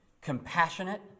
compassionate